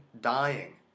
dying